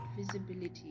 visibility